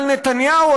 אבל נתניהו,